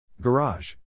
Garage